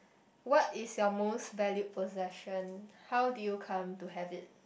what is your most valued possession how did you come to have it